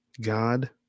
God